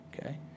Okay